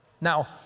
Now